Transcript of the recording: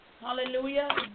Hallelujah